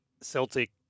Celtic